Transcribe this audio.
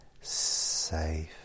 safe